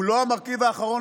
הוא לא המרכיב האחרון,